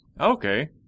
Okay